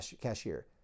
cashier